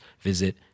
visit